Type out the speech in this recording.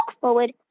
forward